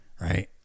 right